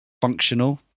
functional